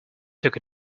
took